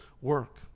work